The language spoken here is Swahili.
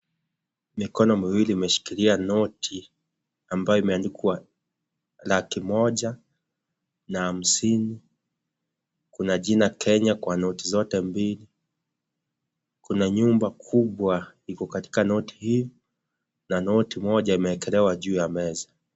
Mikono miwili imeshikilia noti ambayo imeandikwa laki moja, na hamsini. Kuna jina Kenya kwa noti zote mbili. Kuna nyumba kubwa iko katika noti hii, na noti moja imeekelewa juu ya meza.